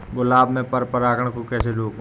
गुलाब में पर परागन को कैसे रोकुं?